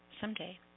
Someday